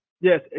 Yes